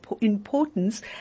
importance